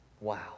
Wow